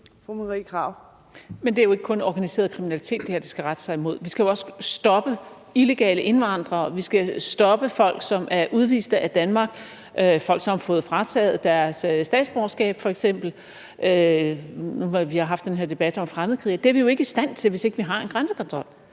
Men det er jo ikke kun organiseret kriminalitet, det her skal rette sig imod. Vi skal jo også stoppe illegale indvandrere, vi skal stoppe folk, som er udvist af Danmark, folk, som f.eks. har fået frataget deres statsborgerskab – nu har vi haft den her debat om fremmedkrigere. Det er vi jo ikke i stand til, hvis vi ikke har en grænsekontrol.